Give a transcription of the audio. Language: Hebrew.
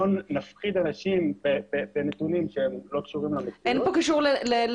לא נפחיד אנשים בנתונים שהם לא קשורים למציאות --- אין פה להפחיד.